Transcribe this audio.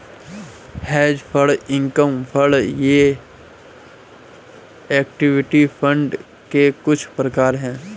hedge fund income fund ये equity fund के कुछ प्रकार हैं